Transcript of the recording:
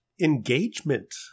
Engagement